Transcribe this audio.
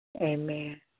Amen